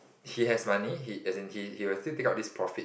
he has money he as in he he will still take out this profits